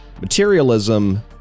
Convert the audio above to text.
Materialism